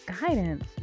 guidance